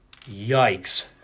Yikes